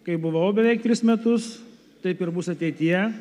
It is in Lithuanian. kai buvau beveik tris metus taip ir bus ateityje